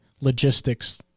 logistics